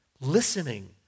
listening